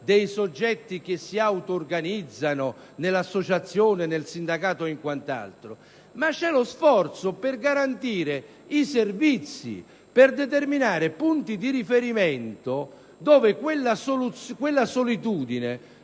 dei soggetti che si auto-organizzano nell'associazione, nel sindacato e in quant'altro, ma c'è lo sforzo per garantire i servizi e per determinare punti di riferimento in cui quella solitudine